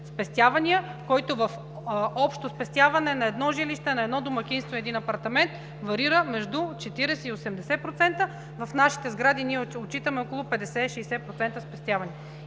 спестявания, който в общо спестяване на едно жилище, на едно домакинство, на един апартамент варира между 40 и 80%. В нашите сгради отчитаме около 50-60% спестявания.